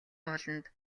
ууланд